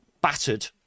battered